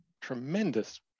tremendous